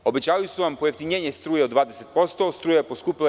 Obećavali su vam pojeftinjenje struje od 20%, a struja je poskupela 11%